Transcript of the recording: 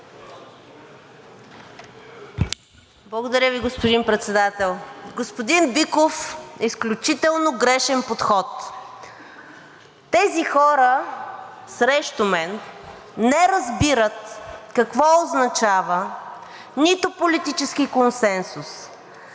Благодаря Ви, господин Председател. Господин Биков, изключително грешен подход! Тези хора срещу мен не разбират какво означава това нито политически консенсус,